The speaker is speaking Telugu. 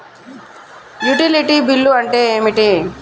యుటిలిటీ బిల్లు అంటే ఏమిటి?